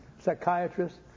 psychiatrists